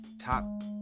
top